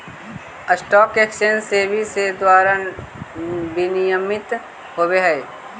stock exchange SEBI के द्वारा विनियमित होवऽ हइ